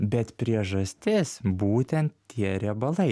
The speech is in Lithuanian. bet priežastis būtent tie riebalai